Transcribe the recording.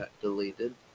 deleted